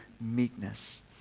meekness